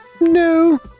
no